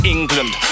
England